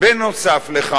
נוסף על כך,